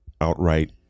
outright